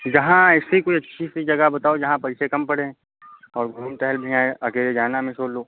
जहाँ ऐसी कोई अच्छी सी जगह बताओ जहाँ पैसे कम पड़े और घूम टहल भी आएँ अकेले जाना हमें सोलो